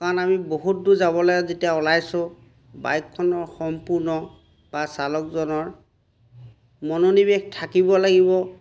কাৰণ আমি বহুত দূৰ যাবলৈ যেতিয়া ওলাইছোঁ বাইকখনৰ সম্পূৰ্ণ বা চালকজনৰ মনোনিৱেশ থাকিব লাগিব